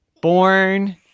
born